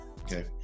Okay